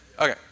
Okay